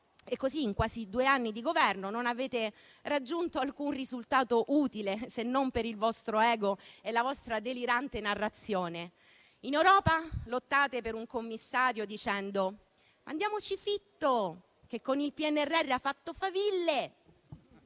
diversi. In quasi due anni di Governo, non avete raggiunto alcun risultato utile, se non per il vostro ego e la vostra delirante narrazione. In Europa lottate per un commissario dicendo di mandarci Fitto, che con il PNRR ha fatto faville,